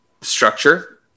structure